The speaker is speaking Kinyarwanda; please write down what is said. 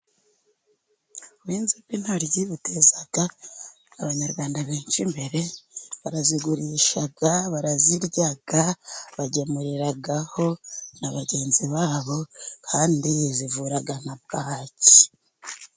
Ubuhinzi bw'intoryi buteza abanyarwanda benshi imbere, barazigurisha, barazirya, bagemuriraho na bagenzi babo, kandi zivura na bwaki.